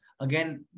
Again